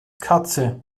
katze